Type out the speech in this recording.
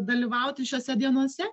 dalyvauti šiose dienose